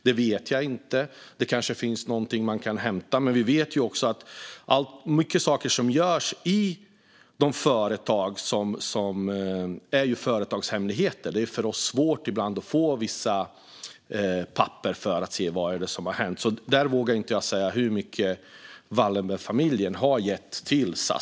Det kanske finns information om detta man kan hämta, men vi vet ju också att mycket av det som görs i företag är företagshemligheter. Det är ibland svårt för oss att få ta del av vissa papper för att se vad som har hänt. Jag vågar inte säga hur mycket Wallenbergfamiljen har gett till SAS.